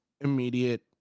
immediate